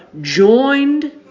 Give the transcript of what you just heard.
joined